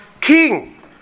king